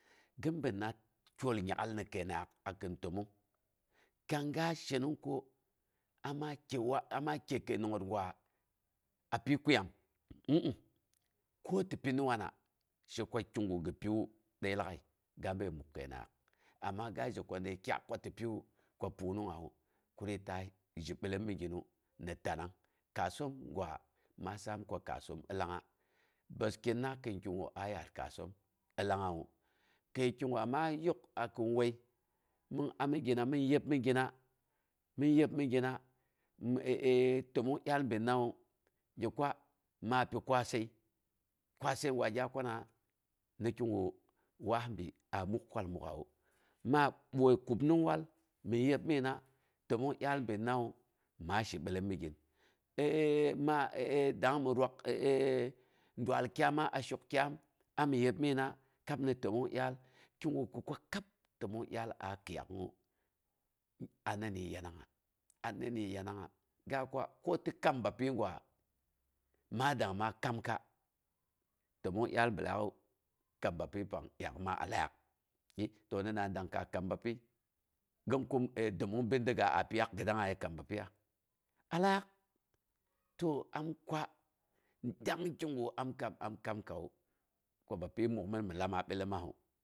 Gi binna tol nyak'al ni kəinangngaak akin təmong, kang ga shenong ko ama kye ama kye kəinangngət gwa a pyi kuyam mmm ko ti pin wana. She ko kigu gi piwa dai lagai ga bəi muk kəinangngaak, amma ga zhe ko də kyak ko ti piwu pungnungngawu kuoii ta zhi billom miginu ni tanang. Ka a soom gwa ma saam ko kaasoom ilangngawu. Kai kigwa ma yok a kin wai, min amigim min yeb migina, min yeb migina təmong dyaal binnawu, gi kwa ma pi kwassai, kwassai gwa gya kwanangnga, ni kigu waas bi a muk kwal mukꞌawu, ma boi kubnung wal, min yeb migina, təmong dyal binnawu, ma shibilom migin maa dangng mi rwak dual kyaama a shok kyaam ami yeb migina kab ni təmmong dyaal. Ki gi gi kwa kab təmong dyaal a kiiyak'ungnga anna ni yanangnga. Anna ni yanangnga, ga kwa koti kam bapyi gwa, ma dangng ma kamka təmong dyal bi laaku, kam bapyi pang dyaak'a ma alaak i to nina dangka kam bapyi? Gɨn kum dimung bindiga a pyiyaak gi dangnga ye kam bapyiya? Alaak, to am kwa dang kigu am kam am kamkawu ko bapyi mukmin mi lama bilomesu